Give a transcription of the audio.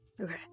okay